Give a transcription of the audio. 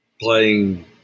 Playing